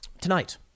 tonight